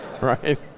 right